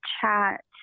chat